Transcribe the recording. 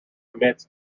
commits